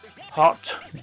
Hot